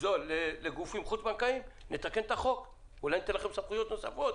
זול לגופים חוץ בנקאיים נתקן את החוק ואולי ניתן לכם סמכויות נוספות,